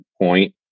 point